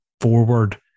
forward